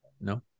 No